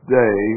day